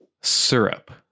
Syrup